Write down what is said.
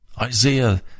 Isaiah